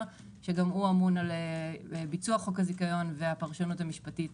שגם הוא אמון על ביצוע חוק הזיכיון והפרשנות המשפטית